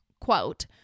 quote